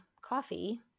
coffee